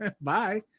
bye